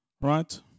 right